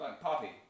Poppy